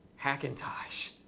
hackintosh,